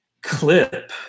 clip